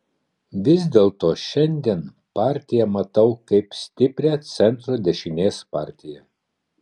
vis dėlto šiandien partiją matau kaip stiprią centro dešinės partiją